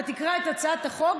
ותקרא את הצעת החוק,